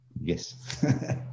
yes